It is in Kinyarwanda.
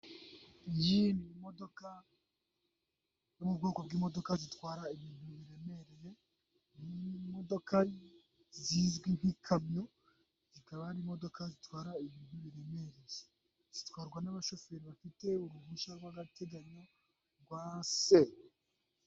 Iyi ni imodoka yo mu bwoko bw'imodoka zitwara ibintu biremereye, imodoka zizwi nk'ikamyo zikaba ari imodoka zitwara ibintu biremereye. Zitwarwa n'abashoferi bafite uruhushya rw'agateganyo rwa se.